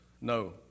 No